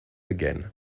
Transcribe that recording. again